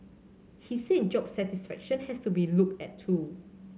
he said job satisfaction has to be looked at too